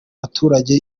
abaturage